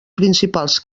principals